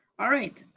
all right,